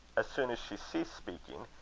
as soon as she ceased speaking,